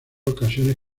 ocasiones